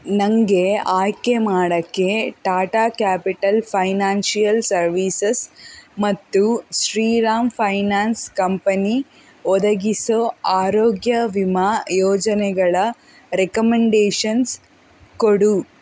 ನನಗೆ ಆಯ್ಕೆ ಮಾಡೋಕ್ಕೆ ಟಾಟಾ ಕ್ಯಾಪಿಟಲ್ ಫೈನಾನ್ಷಿಯಲ್ ಸರ್ವೀಸಸ್ ಮತ್ತು ಶ್ರೀರಾಮ್ ಫೈನಾನ್ಸ್ ಕಂಪನಿ ಒದಗಿಸೊ ಆರೋಗ್ಯ ವಿಮಾ ಯೋಜನೆಗಳ ರೆಕಮಂಡೇಷನ್ಸ್ ಕೊಡು